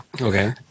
Okay